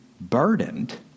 burdened